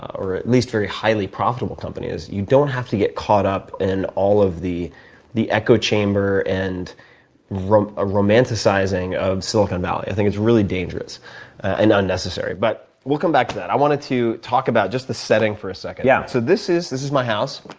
or at least very highly profitable companies. you don't have to get caught up in all of the the echo chamber and ah romanticizing of silicon valley. i think it's really dangerous and unnecessary. but we'll come back to that. i wanted to talk about just the setting for a second. yeah so this is this is my house.